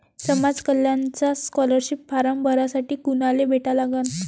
समाज कल्याणचा scholarship form भरासाठी कुनाले भेटा लागन?